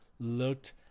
Looked